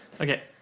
Okay